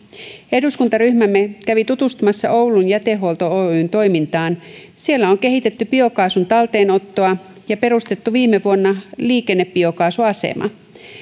eduskuntaryhmämme kävi tutustumassa oulun jätehuolto oyn toimintaan siellä on kehitetty biokaasun talteenottoa ja perustettu viime vuonna liikennebiokaasuasema